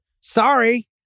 Sorry